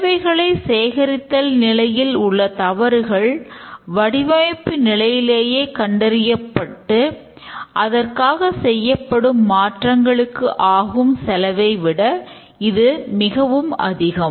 தேவைகளை சேகரித்தல் நிலையில் உள்ள தவறுகள் வடிவமைப்பு நிலையிலேயே கண்டறியப்பட்டு அதற்காக செய்யப்படும் மாற்றங்களுக்கு ஆகும் செலவை விட இது மிகவும் அதிகம்